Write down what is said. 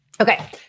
Okay